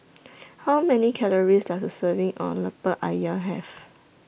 How Many Calories Does A Serving of Lemper Ayam Have